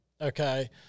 okay